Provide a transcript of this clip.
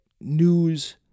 news